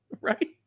right